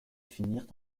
finirent